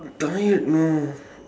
tired you know